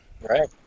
Right